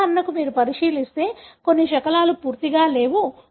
ఉదాహరణకు మీరు పరిశీలిస్తే కొన్ని శకలాలు పూర్తిగా లేవు